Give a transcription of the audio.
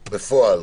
בפועל,